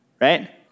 right